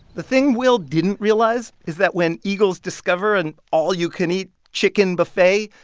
the thing will didn't realize is that when eagles discover an all-you-can-eat chicken buffet,